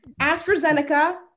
AstraZeneca